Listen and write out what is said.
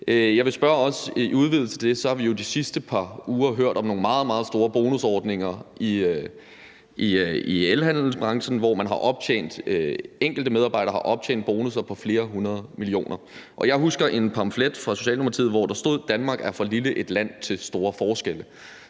Jeg vil spørge om noget andet. I udvidelse til det har vi jo de sidste par uger hørt om nogle meget, meget store bonusordninger i elhandelsbranchen, hvor enkelte medarbejdere har optjent bonusser på flere hundrede millioner kroner, og jeg husker en pamflet fra Socialdemokratiet, hvor der stod, at Danmark er for lille et land til store forskelle.